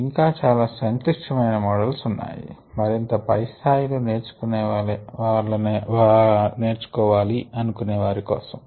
ఇంకా చాలా సంక్లిష్టమైన మోడల్స్ ఉన్నాయి మరింత పై స్థాయి లో నేర్చుకోవాలనే వారి కోసం